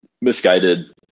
misguided